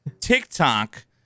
TikTok